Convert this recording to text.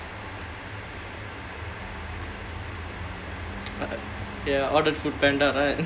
ya order FoodPanda right